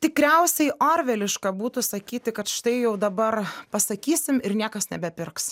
tikriausiai orveliška būtų sakyti kad štai jau dabar pasakysim ir niekas nebepirks